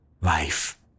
life